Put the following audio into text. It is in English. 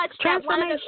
transformation